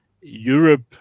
Europe